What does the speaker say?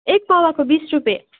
एक पावाको बिस रुपियाँ